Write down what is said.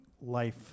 life